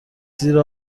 زیر